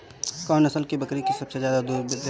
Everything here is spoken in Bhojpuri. कौन नस्ल की बकरी सबसे ज्यादा दूध देवेले?